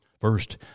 First